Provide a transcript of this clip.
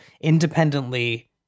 independently